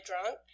drunk